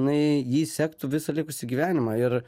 jinai jį sektų visą likusį gyvenimą ir